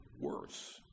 worse